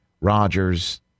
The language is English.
Rodgers